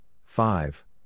five